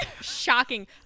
shocking